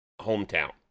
hometown